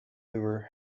hoover